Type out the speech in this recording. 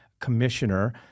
commissioner